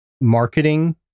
marketing